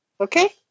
okay